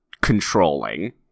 controlling